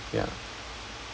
ya